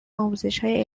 آموزشهای